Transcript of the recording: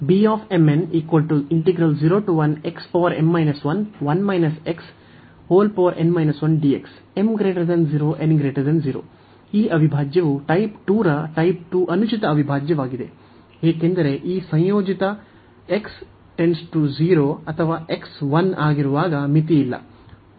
ಈ ಅವಿಭಾಜ್ಯವು ಟೈಪ್ 2 ಅನುಚಿತ ಅವಿಭಾಜ್ಯವಾಗಿದೆ ಏಕೆಂದರೆ ಈ ಸಂಯೋಜನೆಯು x → 0 ಅಥವಾ x 1 ಆಗಿರುವಾಗ ಮಿತಿಯಿಲ್ಲ